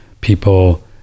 people